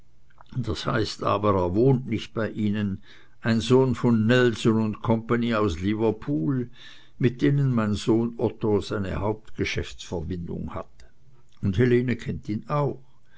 das heißt aber er wohnt nicht bei ihnen ein sohn von nelson co aus liverpool mit denen mein sohn otto seine hauptgeschäftsverbindung hat und helene kennt ihn auch